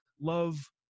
love